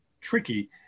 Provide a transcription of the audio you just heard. tricky